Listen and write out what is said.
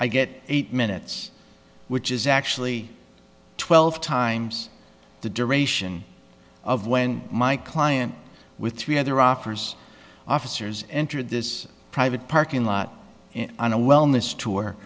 i get eight minutes which is actually twelve times the duration of when my client with three other offers officers entered this private parking lot on a wellness to